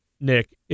Nick